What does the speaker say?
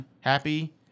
happy